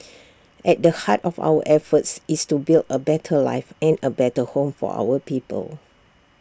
at the heart of our efforts is to build A better life and A better home for our people